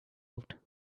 out